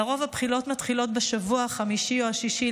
לרוב הבחילות מתחילות בשבוע החמישי או השישי